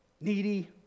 needy